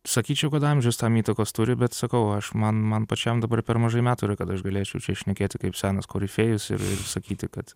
sakyčiau kad amžius tam įtakos turi bet sakau aš man man pačiam dabar per mažai metų ir kad aš galėčiau čia šnekėti kaip senas korifėjus ir ir sakyti kad